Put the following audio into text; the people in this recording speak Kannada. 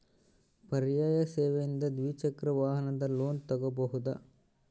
ಪರ್ಯಾಯ ಸೇವೆಯಿಂದ ದ್ವಿಚಕ್ರ ವಾಹನದ ಲೋನ್ ತಗೋಬಹುದಾ?